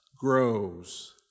grows